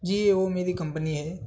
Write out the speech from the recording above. جی وہ میری کمپنی ہے